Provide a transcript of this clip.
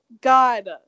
God